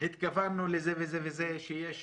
התכוונו לזה וזה וזה, שיש